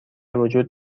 وجود